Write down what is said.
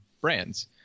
brands